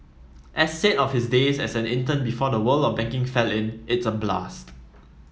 as he said of his days as an intern before the world of banking fell in it's a blast